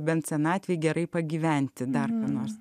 bent senatvėje gerai pagyventi dar nors